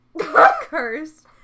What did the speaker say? Cursed